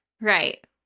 Right